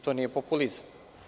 To nije populizam.